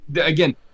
Again